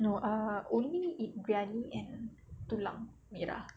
no ah only eat biryani and tulang merah